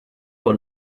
what